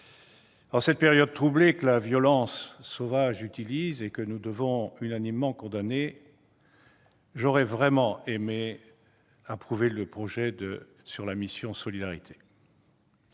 en cette période troublée que la violence sauvage utilise et que nous devons unanimement condamner, j'aurais vraiment aimé approuver les crédits de la mission « Solidarité,